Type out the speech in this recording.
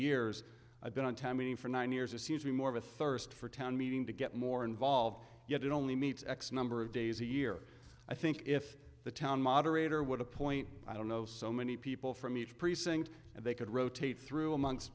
years i've been on timing for nine years it seems to be more of a thirst for town meeting to get more involved yet it only meets x number of days a year i think if the town moderator would appoint i don't know so many people from each precinct and they could rotate through amongst